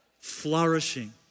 Flourishing